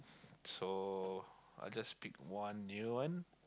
so I just pick one new one